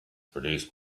produced